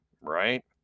right